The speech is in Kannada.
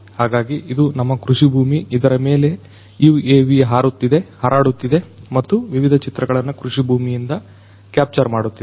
ಹಾಗಾಗಿ ಇದು ನಮ್ಮ ಕೃಷಿ ಭೂಮಿ ಮತ್ತು ಇದರ ಮೇಲೆ UAV ಹಾರಾಡುತ್ತಿದೆ ಮತ್ತು ವಿವಿಧ ಚಿತ್ರಗಳನ್ನು ಕೃಷಿ ಭೂಮಿಯಿಂದ ಕ್ಯಾಪ್ಚರ್ ಮಾಡುತ್ತಿದೆ